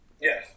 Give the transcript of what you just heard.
yes